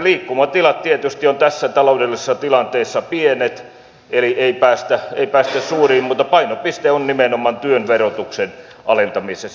liikkumatilat tietysti ovat tässä taloudellisessa tilanteessa pienet eli ei päästä suuriin mutta painopiste on nimenomaan työn verotuksen alentamisessa